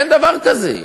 אין דבר כזה.